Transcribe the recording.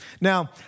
Now